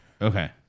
Okay